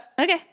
Okay